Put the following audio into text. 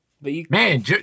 Man